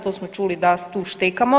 To smo čuli da tu štekamo.